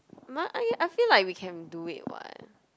I I feel like we can do it [what]